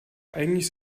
eigentlich